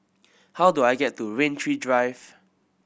how do I get to Rain Tree Drive